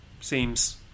seems